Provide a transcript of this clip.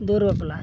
ᱫᱩᱣᱟᱹᱨ ᱵᱟᱯᱞᱟ